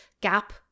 gap